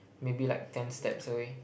maybe like ten steps away